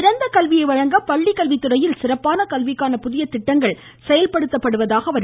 சிறந்த கல்வியை வழங்க பள்ளிக்கல்வித்துறையில் சிறப்பான கல்விக்கான புதிய திட்டங்கள் செயல்படுத்தப்படுவதாக குறிப்பிட்டார்